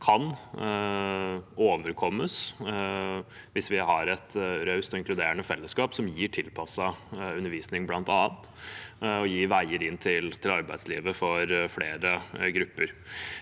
kan overkommes hvis vi har et raust og inkluderende fellesskap som gir tilpasset undervisning for bl.a. å gi veier inn til arbeidslivet for flere grupper.